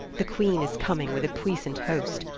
the queene is comming with a puissant hoast,